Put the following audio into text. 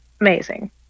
amazing